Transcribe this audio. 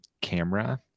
camera